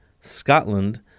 Scotland